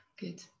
good